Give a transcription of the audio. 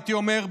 הייתי אומר,